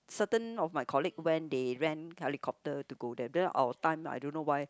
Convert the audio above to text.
certain of my colleagues when they went helicopter to go there but our time I don't know why